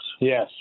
yes